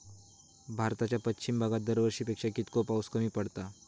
भारताच्या पश्चिम भागात दरवर्षी पेक्षा कीतको पाऊस कमी पडता?